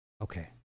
Okay